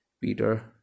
Peter